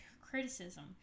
criticism